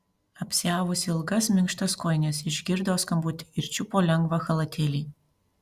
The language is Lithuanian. apsiavusi ilgas minkštas kojines išgirdo skambutį ir čiupo lengvą chalatėlį